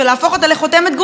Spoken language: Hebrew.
גם אותה צריך לבטל.